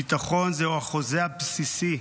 ביטחון זה הוא החוזה הבסיסי,